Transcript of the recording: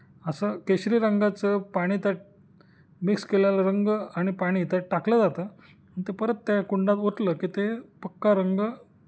असं केशरी रंगाचं पाणी त्यात मिक्स केलेला रंग आणि पाणी त्यात टाकलं जातं ते परत त्या कुंडात ओतलं की ते पक्का रंग